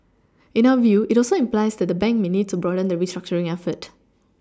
in our view it also implies that the bank may need to broaden the restructuring effort